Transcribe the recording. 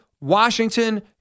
Washington